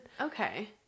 Okay